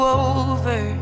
over